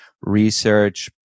research